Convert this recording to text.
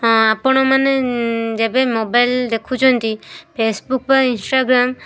ହଁ ଆପଣମାନେ ଯେବେ ମୋବାଇଲ୍ ଦେଖୁଛନ୍ତି ଫେସବୁକ୍ ବା ଇନଷ୍ଟାଗ୍ରାମ୍